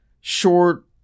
short